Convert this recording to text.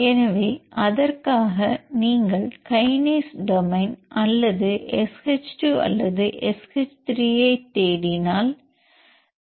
எனவே அதற்காக நீங்கள் கைனேஸ் டொமைன் அல்லது SH 2 அல்லது SH 3 ஐத் தேடினால்